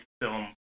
film